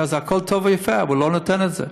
זה הכול טוב ויפה, אבל הוא לא נותן את זה.